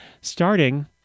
starting